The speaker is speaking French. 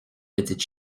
petites